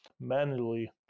manually